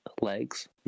legs